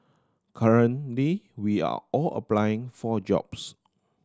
currently we are all applying for jobs